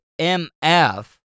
mf